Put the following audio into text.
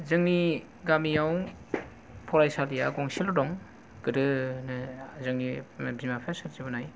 जोंनि गामियाव फरायसालिया गंसेल' दं गोदोनो जोंनि बिमा बिफा सोरजिबोनाय